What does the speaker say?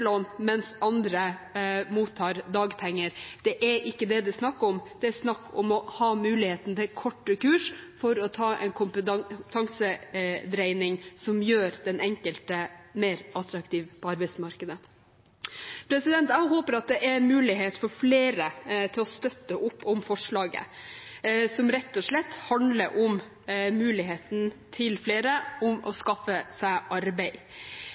mens andre mottar dagpenger. Det er ikke det det er snakk om; det er snakk om å ha mulighet til å ta korte kurs for å få en kompetansedreining som gjør den enkelte mer attraktiv på arbeidsmarkedet. Jeg håper at det er mulighet for at flere støtter opp om forslaget, som rett og slett handler om en mulighet for flere til å skaffe seg arbeid.